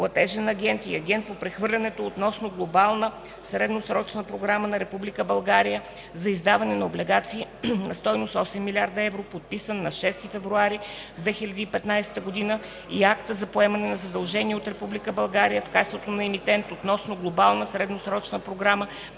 Платежен агент и Агент по прехвърлянето относно Глобална средносрочна програма на Република България за издаване на облигации на стойност 8 млрд. евро, подписан на 6 февруари 2015 г. и Акта за поемане на задължения от Република България в качеството на Емитент относно Глобална средносрочна програма